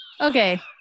Okay